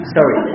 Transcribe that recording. Sorry